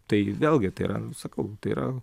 tai vėlgi tai yra sakau tai yra